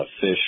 fish